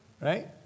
right